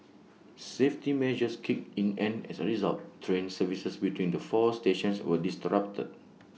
safety measures kicked in and as A result train services between the four stations were disrupted